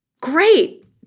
great